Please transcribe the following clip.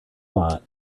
lot